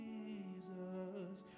Jesus